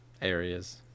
areas